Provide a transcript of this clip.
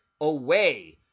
away